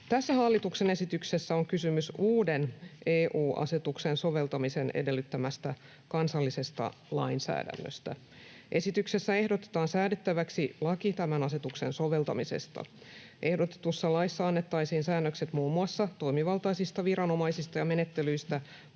Tässä hallituksen esityksessä on kysymys uuden EU-asetuksen soveltamisen edellyttämästä kansallisesta lainsäädännöstä. Esityksessä ehdotetaan säädettäväksi laki tämän asetuksen soveltamisesta. Ehdotetussa laissa annettaisiin säännökset muun muassa toimivaltaisista viranomaisista ja menettelyistä,